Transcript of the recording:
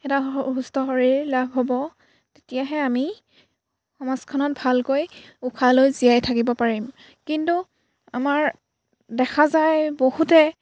এটা সুস্থ শৰীৰ লাভ হ'ব তেতিয়াহে আমি সমাজখনত ভালকৈ উশাহ লৈ জীয়াই থাকিব পাৰিম কিন্তু আমাৰ দেখা যায় বহুতে